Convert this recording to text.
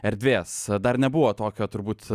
erdvės dar nebuvo tokio turbūt